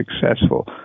successful